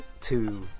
two